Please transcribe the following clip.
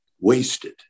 wasted